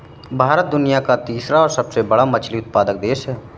भारत दुनिया का तीसरा सबसे बड़ा मछली उत्पादक देश है